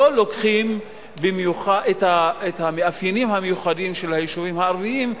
לא לוקחים את המאפיינים המיוחדים של היישובים הערביים,